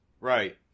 Right